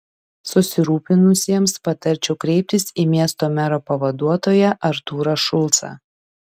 susirūpinusiesiems patarčiau kreiptis į miesto mero pavaduotoją artūrą šulcą